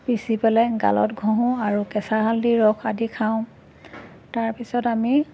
পিচি পেলাই গালত ঘঁহোঁ আৰু কেঁচা হালধি ৰস আদি খাওঁ তাৰপিছত আমি